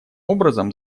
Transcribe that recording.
образом